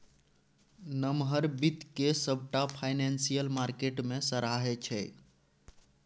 नमहर बित्त केँ सबटा फाइनेंशियल मार्केट मे सराहै छै